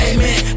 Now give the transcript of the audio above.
Amen